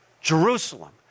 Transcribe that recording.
Jerusalem